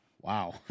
Wow